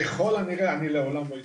ככל הנראה אני לעולם לא אתמכר.